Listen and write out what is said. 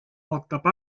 ootab